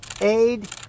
aid